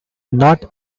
not